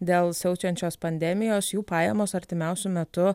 dėl siaučiančios pandemijos jų pajamos artimiausiu metu